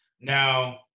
Now